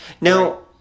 Now